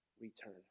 return